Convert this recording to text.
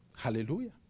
Hallelujah